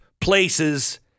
places